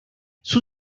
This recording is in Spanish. sus